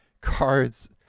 cards